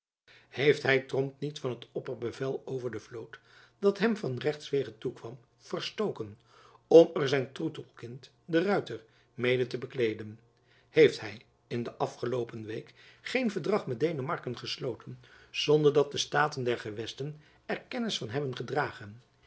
heeft hy tromp niet van het opperbevel over de vloot dat hem van rechtswege toekwam verstoken om er zijn troetelkind de ruyter mede te bekleeden heeft hy in de afgeloopen week geen verdrag met denemarken gesloten zonder dat de staten der gewesten er kennis van hebben gedragen